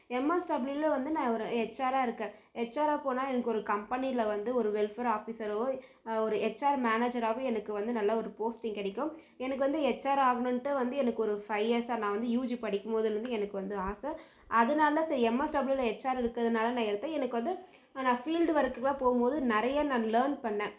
MS டபுள்யூவில வந்து நான் ஒரு ஹெச்சாராக இருக்கேன் ஹெச்சாராக போனா எனக்கு ஒரு கம்பெனியில வந்து ஒரு வெல்பர் ஆஃபிஸராகவோ ஒரு ஹெச்ஆர் மேனேஜராகவோ எனக்கு வந்து நல்ல ஒரு போஸ்டிங் கிடைக்கும் எனக்கு வந்து ஹெச்சாராக ஆகணும்ன்ட்டு வந்து எனக்கொரு ஃபை இயர்ஸாக நான் வந்து யூஜி படிக்கும்போதுலருந்து எனக்கு வந்து ஆசை அதனால ஸோ எம்எஸ் டபுள்யூவில ஹெச்சாராக இருக்கிறதுனால நான் எடுத்தேன் எனக்கு வந்து நான் ஃபீல்டு ஒர்க்குலாம் போம்போது நிறைய நான் லேர்ன் பண்ணேன்